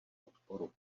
podporu